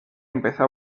empezó